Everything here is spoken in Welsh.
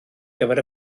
gyfer